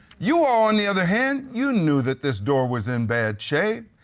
you all, on the other hand, you knew that this door was in bad shape.